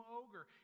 ogre